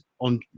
on